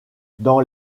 dans